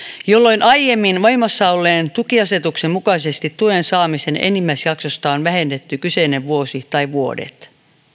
jolloin aiemmin voimassa olleen tukiasetuksen mukaisesti tuen saamisen enimmäisjaksosta on vähennetty kyseinen vuosi tai vuodet